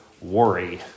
worry